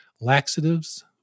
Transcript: laxatives